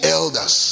elders